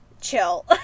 chill